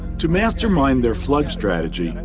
to mastermind their flood strategy, and and